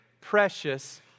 precious